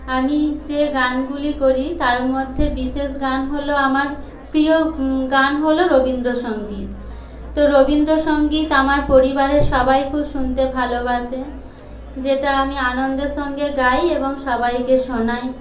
আমি যে গানগুলি করি তার মধ্যে বিশেষ গান হল আমার প্রিয় গান হল রবীন্দ্রসঙ্গীত তো রবীন্দ্রসঙ্গীত আমার পরিবারের সবাই খুব শুনতে ভালোবাসে যেটা আমি আনন্দের সঙ্গে গাই এবং সবাইকে শোনাই